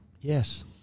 Yes